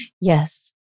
Yes